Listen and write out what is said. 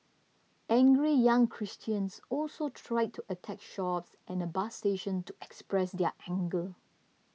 angry young Christians also tried to attack shops and a bus station to express their anger